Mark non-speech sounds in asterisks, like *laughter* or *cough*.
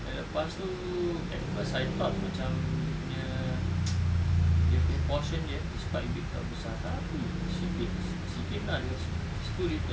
selepas tu first I thought macam dia punya *noise* dia punya portion dia is quite big [tau] besar tapi sikit sikit nah dia kasih too little